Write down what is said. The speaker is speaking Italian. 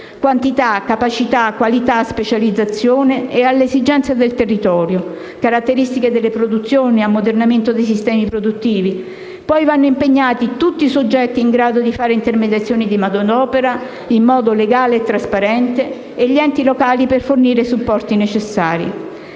quantità, capacità, qualità, specializzazione, esigenze del territorio, caratteristiche delle produzioni, ammodernamento dei sistemi produttivi. Poi, vanno impegnati tutti i soggetti in grado di fare intermediazione di manodopera in modo legale e trasparente e gli enti locali per fornire i supporti necessari.